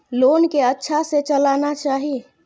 Loan के अच्छा से चलाना चाहि?